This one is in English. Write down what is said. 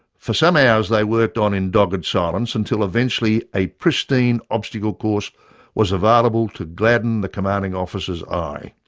for some hours they worked on in dogged silence until eventually a pristine obstacle course was available to gladden the commanding officer's eye.